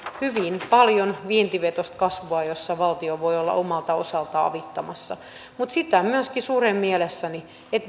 hyvin paljon vientivetoista kasvua jossa valtio voi olla omalta osaltaan avittamassa mutta sitä myöskin suren mielessäni että